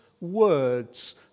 words